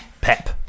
Pep